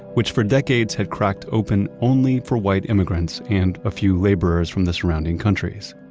which for decades had cracked open only for white immigrants and a few laborers from the surrounding countries.